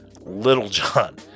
Littlejohn